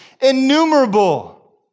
Innumerable